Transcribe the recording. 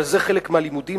אבל זה חלק מהלימודים,